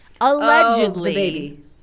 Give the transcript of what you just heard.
allegedly